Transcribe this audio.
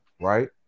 right